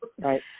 right